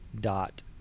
dot